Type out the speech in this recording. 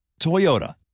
Toyota